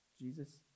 Jesus